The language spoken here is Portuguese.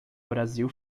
brasil